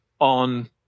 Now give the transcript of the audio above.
on